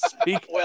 Speak